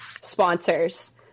sponsors